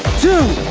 two,